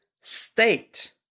state